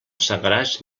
segaràs